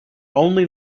only